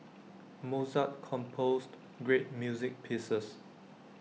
Mozart composed great music pieces